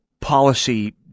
policy